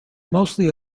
mostly